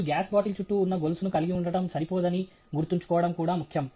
మీరు gas bottle చుట్టూ ఉన్న గొలుసును కలిగి ఉండటం సరిపోదని గుర్తుంచుకోవడం కూడా ముఖ్యం